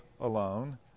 alone